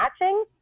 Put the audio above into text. matching